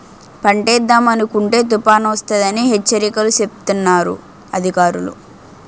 పంటేద్దామనుకుంటే తుపానొస్తదని హెచ్చరికలు సేస్తన్నారు అధికారులు